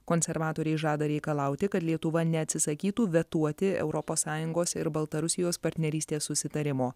konservatoriai žada reikalauti kad lietuva neatsisakytų vetuoti europos sąjungos ir baltarusijos partnerystės susitarimo